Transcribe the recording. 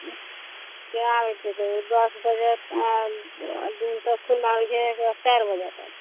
कै बजे अएबै दस बजेसे दिन तक खुल्ला रहै छै चारि बजे तक